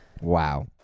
Wow